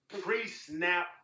pre-snap